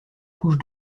couche